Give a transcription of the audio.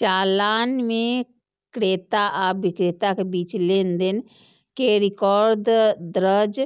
चालान मे क्रेता आ बिक्रेता के बीच लेनदेन के रिकॉर्ड दर्ज